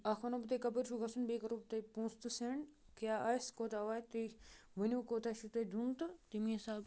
اَکھ وَنو بہٕ تۄہہِ کَپٲرۍ چھُو گژھُن بیٚیہِ کَرو بہٕ تۄہہِ پونٛسہٕ تہٕ سٮ۪نٛڈ کیٛاہ آسہِ کوٗتاہ واتہِ تُہۍ ؤنِو کوتاہ چھُو تۄہہِ دیُن تہٕ تمی حِساب